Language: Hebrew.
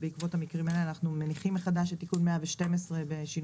בעקבות המקרים האלה אנחנו מניחים מחדש את תיקון 112 בשינויים